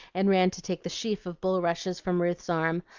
and ran to take the sheaf of bulrushes from ruth's arms,